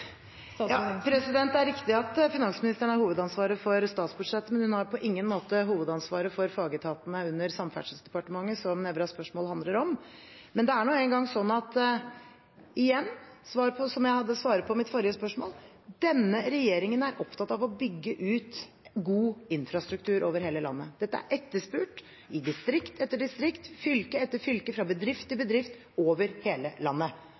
er riktig at finansministeren har hovedansvaret for statsbudsjettet, men hun har på ingen måte hovedansvaret for fagetatene under Samferdselsdepartementet, som Nævras spørsmål handler om. Men det er nå igjen engang slik – som jeg svarte på forrige spørsmål – at denne regjeringen er opptatt av å bygge ut god infrastruktur over hele landet. Dette er etterspurt i distrikt etter distrikt, fylke etter fylke, fra bedrift til bedrift, over hele landet.